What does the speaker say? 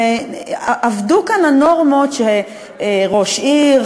ואבדו כאן הנורמות שראש עיר,